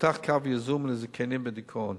פותח קו יזום לזקנים בדיכאון.